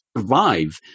survive